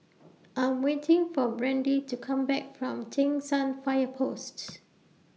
I'm waiting For Brandi to Come Back from Cheng San Fire Posts